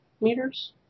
meters